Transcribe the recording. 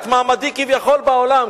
את מעמדי כביכול בעולם,